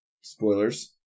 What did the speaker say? Spoilers